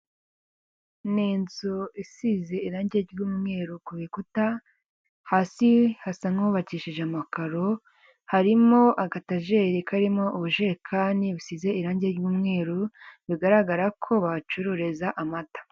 Ni inzu isize irangi ry'umweru ku bikuta, hasi hasa nk'ahubakishije amakaro, harimo agatageri karimo ubujerekani busize irangi ry'umweru, bigaragara ko bahacururiza amata.